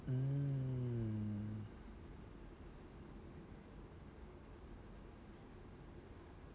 hmm